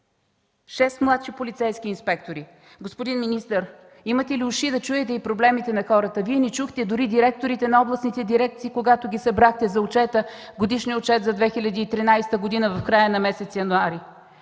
– 6 младши полицейски инспектори. Господин министър, имате ли уши да чуете и проблемите на хората? Вие не чухте дори директорите на областните дирекции, когато ги събрахте за Годишния отчет за 2013 г. в края на месец януари.